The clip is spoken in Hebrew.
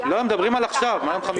ב-13:00.